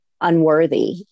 unworthy